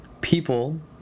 people